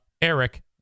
Eric